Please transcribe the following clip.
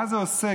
מה זה עושה,